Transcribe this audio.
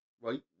right